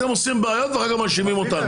אתם עושים בעיות ואחר כך מאשימים אותנו.